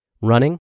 running